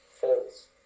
False